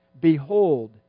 behold